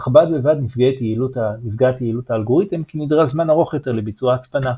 אך בד בבד נפגעת יעילות האלגוריתם כי נדרש זמן ארוך יותר לביצוע ההצפנה.